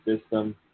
system